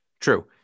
True